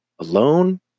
alone